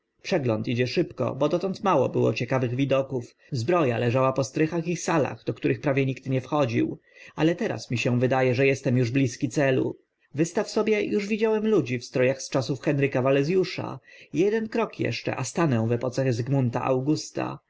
przegląd idzie szybko bo dotąd mało było ciekawych widoków zbro a leżała po strychach i salach do których prawie nikt nie wchodził ale teraz mi się wyda e że estem uż bliski celu wystaw sobie uż widziałem ludzi w stro ach z czasów henryka walez usza eden krok eszcze a stanę w epoce zygmunta augusta